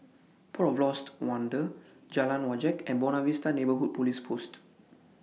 Port of Lost Wonder Jalan Wajek and Buona Vista Neighbourhood Police Post